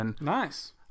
Nice